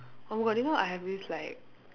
oh my god you know I have this like